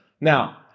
Now